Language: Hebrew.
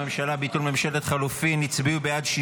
הממשלה (ביטול ממשלת חילופים) הצביעו 63